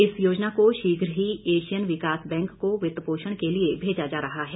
इस योजना को शीघ्र ही एशियन विकास बैंक को वित्त पोषण के लिए भेजा जा रहा है